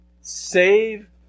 save